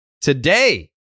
today